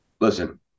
Listen